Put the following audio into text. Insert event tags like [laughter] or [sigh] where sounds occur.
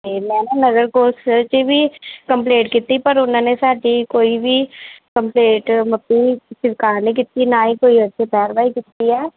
ਅਤੇ ਮੈਂ ਨਾ ਨਗਰ ਕੌਂਸਲ 'ਚ ਵੀ ਕੰਪਲੇਂਟ ਕੀਤੀ ਪਰ ਉਹਨਾਂ ਨੇ ਸਾਡੀ ਕੋਈ ਵੀ ਕੰਪਲੇਂਟ [unintelligible] ਸਵੀਕਾਰ ਨਹੀਂ ਕੀਤੀ ਨਾ ਹੀ ਕੋਈ ਇਸ 'ਤੇ ਕਾਰਵਾਈ ਕੀਤੀ ਹੈ